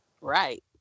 Right